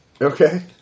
Okay